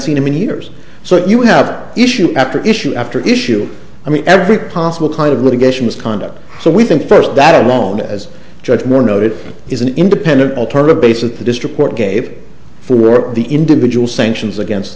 seen him in years so you have issue after issue after issue i mean every possible kind of litigation misconduct so we think first that alone as the judge more noted is an independent alternative based at the district court gave the work of the individual sanctions against